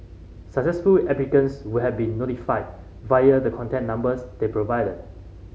successful applicants would have been notified via the contact numbers they provided